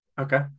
Okay